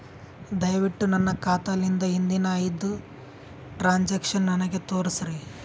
ದಯವಿಟ್ಟು ನನ್ನ ಖಾತಾಲಿಂದ ಹಿಂದಿನ ಐದ ಟ್ರಾಂಜಾಕ್ಷನ್ ನನಗ ತೋರಸ್ರಿ